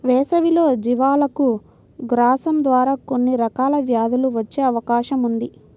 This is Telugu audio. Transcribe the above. వేసవిలో జీవాలకు గ్రాసం ద్వారా కొన్ని రకాల వ్యాధులు వచ్చే అవకాశం ఉంది